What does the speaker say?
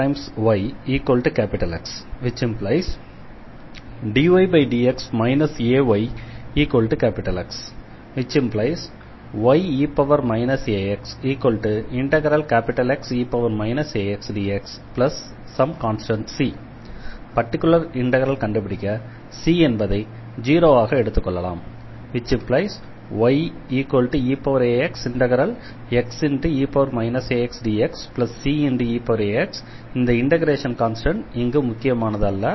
⟹D ayX ⟹dydx ayX ⟹ye axXe axdxC particular இண்டெக்ரலை கண்டுபிடிக்க Cஎன்பதை 0 ஆக எடுத்துக்கொள்ளலாம் ⟹yeaxXe axdxCeax இந்த இண்டெக்ரேஷன் கான்ஸ்டண்ட் இங்கு முக்கியமானது அல்ல